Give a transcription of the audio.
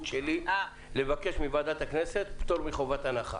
שלי לבקש מוועדת הכנסת פטור מחובת הנחה.